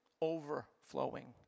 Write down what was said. overflowing